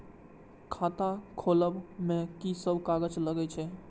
खाता खोलब में की सब कागज लगे छै?